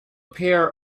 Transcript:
pair